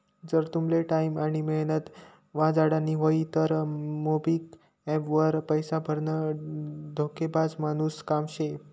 जर तुमले टाईम आनी मेहनत वाचाडानी व्हयी तं मोबिक्विक एप्प वर पैसा भरनं डोकेबाज मानुसनं काम शे